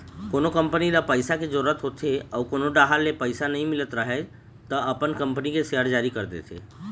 कोनो कंपनी ल पइसा के जरूरत होथे अउ कोनो डाहर ले पइसा नइ मिलत राहय त अपन कंपनी के सेयर जारी कर देथे